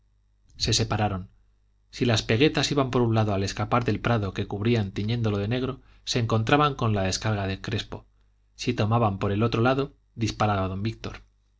se separaron si las peguetas iban por un lado al escapar del prado que cubrían tiñéndolo de negro se encontraban con la descarga de crespo si tomaban por el otro lado disparaba don víctor